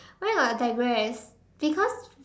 where got digress because